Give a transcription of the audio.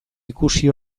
ikusi